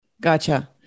Gotcha